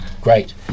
great